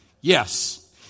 Yes